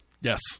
Yes